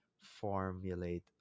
formulate